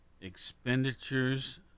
Expenditures